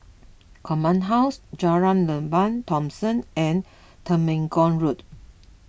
Command House Jalan Lembah Thomson and Temenggong Road